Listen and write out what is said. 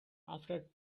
after